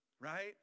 right